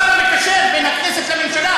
השר המקשר בין הכנסת לממשלה,